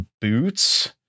boots